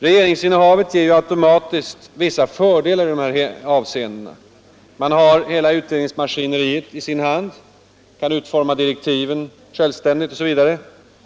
Regeringsinnehavet ger ju automatiskt vissa fördelar i de här avseendena. Man har hela utredningsmaskineriet i sin hand, man kan utforma direktiven självständigt osv.